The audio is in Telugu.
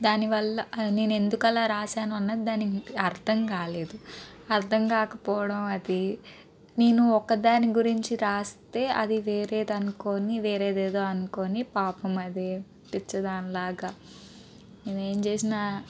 దానివల్ల నేను ఎందుకు అలా రాసాను అన్నది దానికి అర్థం కాలేదు అర్థం కాకపోవడం అది నేను ఒక దాని గురించి రాస్తే అది వేరేది అనుకుని వేరే ఏదేదో అనుకుని పాపం అది పిచ్చిదానిలాగా నేను చేసిన